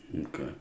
okay